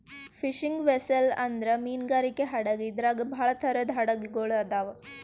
fishing vessel ಅಂದ್ರ ಮೀನ್ಗಾರಿಕೆ ಹಡಗ್ ಇದ್ರಾಗ್ ಭಾಳ್ ಥರದ್ ಹಡಗ್ ಗೊಳ್ ಅದಾವ್